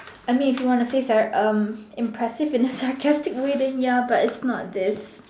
I mean if you want to say sara~ um impressive and sarcastic way then ya but is not this